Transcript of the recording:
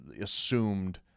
assumed